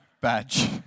badge